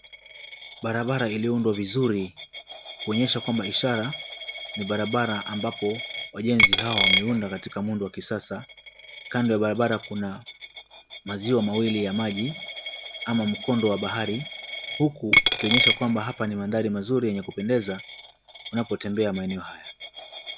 Barabara iliyoundwa vizuri kuonyesha kwamba ishara ni barabara ambapo wajenzi hawa wameunda katika muundo wa kisasa. Kando ya barabara kuna maziwa mawili ya maji ama mkondo wa bahari huku ikionyesha kwamba hapa ni maandhari mazuri yenye kupendeza unapotembea maeneo haya.